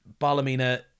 Balamina